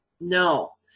no